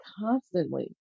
constantly